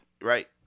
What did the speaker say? right